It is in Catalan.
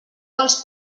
vols